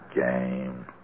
game